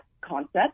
concept